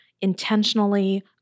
intentionally